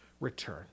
return